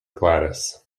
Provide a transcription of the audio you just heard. gladys